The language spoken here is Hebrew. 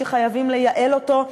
שחייבים לייעל אותו,